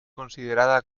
considerada